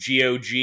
GOG